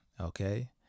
okay